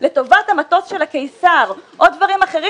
לטובת המטוס של הקיסר או דברים אחרים,